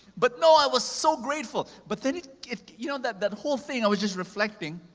but no, i was so grateful. but then. you know, that that whole thing i was just reflecting,